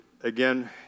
again